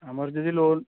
ଆମର ଯଦି ଲୋନ୍